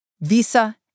Visa